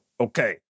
Okay